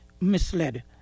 misled